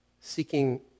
seeking